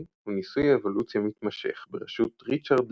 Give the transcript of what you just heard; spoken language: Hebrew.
הוא ניסוי אבולוציה מתמשך בראשות ריצ'רד